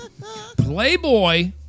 Playboy